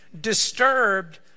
disturbed